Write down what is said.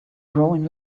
growing